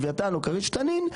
לווייתן או כריש-תנין,